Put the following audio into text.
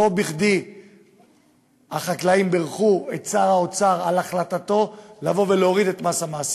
לא בכדי החקלאים בירכו את שר האוצר על החלטתו להוריד את מס המעסיקים.